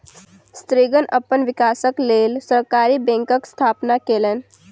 स्त्रीगण अपन विकासक लेल सहकारी बैंकक स्थापना केलैन